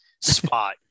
spot